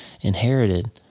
inherited